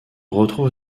retrouve